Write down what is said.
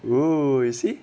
oh is it